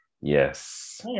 Yes